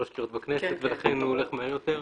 קריאות בכנסת ולכן הוא הולך מהר יותר.